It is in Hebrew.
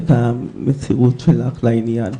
את המסירות שלך לעניין.